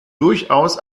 durchaus